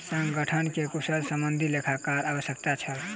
संगठन के कुशल सनदी लेखाकारक आवश्यकता छल